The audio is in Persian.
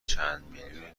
چندمیلیونی